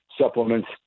supplements